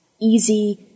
easy